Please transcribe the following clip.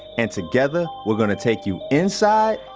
and together we're gonna take you inside,